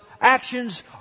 actions